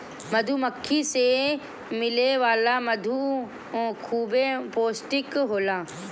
मधुमक्खी से मिले वाला मधु खूबे पौष्टिक होला